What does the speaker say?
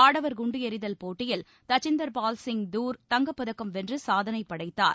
ஆடவர் குண்டு எறிதல் போட்டியில் தஜிந்தர் பால் சிங் தூர் தங்கப்பதக்கம் வென்று சாதனை படைத்தார்